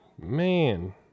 Man